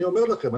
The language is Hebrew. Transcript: אני אומר לכם.